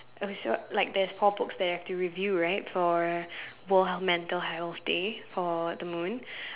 okay so like there's four books there I have review right for World Mental Health Day for The Moon